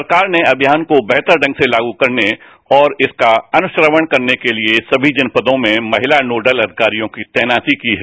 सरकार ने अमियान को बेहतर ढंग से लागू करने और इसका अनुश्रवण करने के लिए सभी जनपदों में महिला नोडल अधिकारियों की तैनाती की है